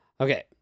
Okay